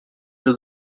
für